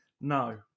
No